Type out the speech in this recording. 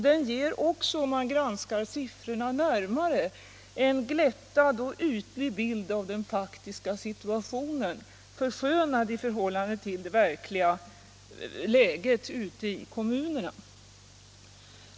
Det ger också, om man granskar siffrorna närmare, en glättad och ytlig bild av den faktiska situationen, förskönad i förhållande till det verkliga läget ute i kommunerna.